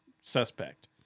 suspect